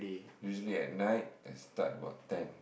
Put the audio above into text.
usually at night I start about ten